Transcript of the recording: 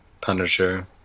Punisher